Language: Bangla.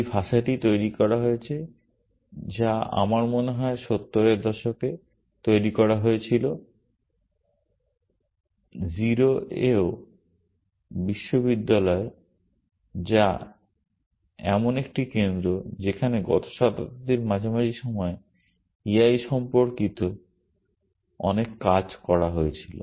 এই ভাষাটি তৈরি করা হয়েছে যা আমার মনে হয় 70 এর দশকে তৈরি করা হয়েছিল 0 এও বিশ্ববিদ্যালয়ে যা এমন একটি কেন্দ্র যেখানে গত শতাব্দীর মাঝামাঝি সময়ে এ আই সম্পর্কিত অনেক কাজ করা হয়েছিল